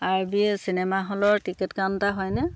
আৰ্বি cinema হলৰ ticket counter হয়নে